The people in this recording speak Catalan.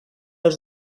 els